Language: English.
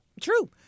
True